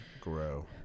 grow